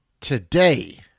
today